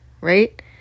right